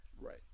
Right